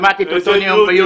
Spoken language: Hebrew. שמעתי את אותו ביוטיוב.